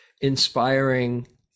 inspiring